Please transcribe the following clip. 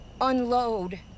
unload